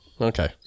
Okay